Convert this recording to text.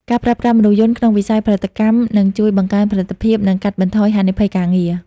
ការប្រើប្រាស់មនុស្សយន្តក្នុងវិស័យផលិតកម្មនឹងជួយបង្កើនផលិតភាព និងកាត់បន្ថយហានិភ័យការងារ។